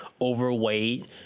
overweight